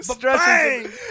bang